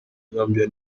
gambia